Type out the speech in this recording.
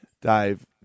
Dave